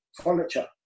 furniture